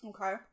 Okay